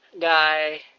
guy